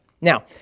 Now